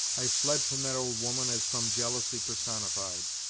i fled from that old woman as from jealousy personified,